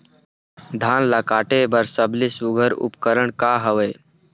धान ला काटे बर सबले सुघ्घर उपकरण का हवए?